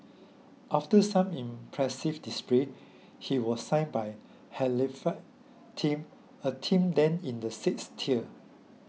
after some impressive display he was signed by Halifax team a team then in the sixth tier